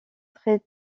très